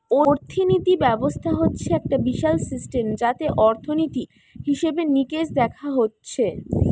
অর্থিনীতি ব্যবস্থা হচ্ছে একটা বিশাল সিস্টেম যাতে অর্থনীতি, হিসেবে নিকেশ দেখা হচ্ছে